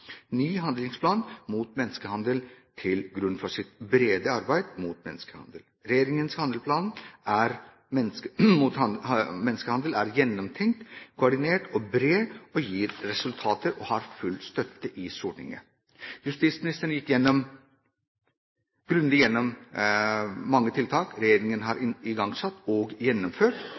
ny handlingsplan mot menneskehandel til grunn for sitt brede arbeid mot menneskehandel. Regjeringens handlingsplan mot menneskehandel er gjennomtenkt, koordinert og bred, gir resultater og har full støtte i Stortinget. Justisministeren gikk grundig gjennom mange tiltak regjeringen har igangsatt og gjennomført